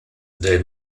their